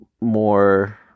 more